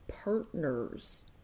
partners